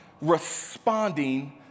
responding